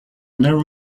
narrow